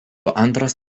antras